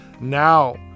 Now